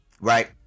right